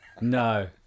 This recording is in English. no